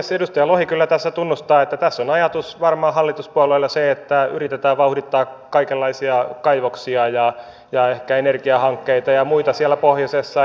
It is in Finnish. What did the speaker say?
edustaja lohi kyllä tässä tunnustaa että tässä on ajatus hallituspuolueilla varmaan se että yritetään vauhdittaa kaikenlaisia kaivoksia ja ehkä energiahankkeita ja muita siellä pohjoisessa